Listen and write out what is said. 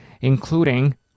including